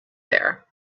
there